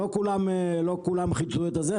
לא כולם חיפשו את זה,